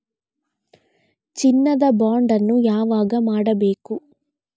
ಚಿನ್ನ ದ ಬಾಂಡ್ ಅನ್ನು ಯಾವಾಗ ಮಾಡಬೇಕು?